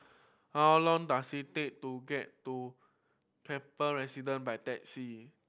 how long does it take to get to Kaplan Residence by taxi